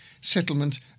settlement